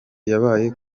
yabaye